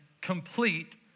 complete